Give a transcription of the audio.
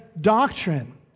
doctrine